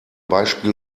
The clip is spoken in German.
beispiel